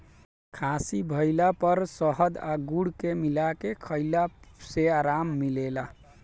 खासी भइला पर शहद आ गुड़ के मिला के खईला से आराम मिलेला